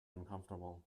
uncomfortable